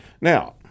Now